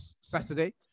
Saturday